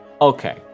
okay